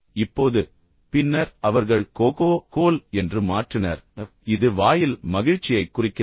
இப்போது பின்னர் அவர்கள் கோகோ கோல் என்று மாற்றினர் இது வாயில் மகிழ்ச்சியைக் குறிக்கிறது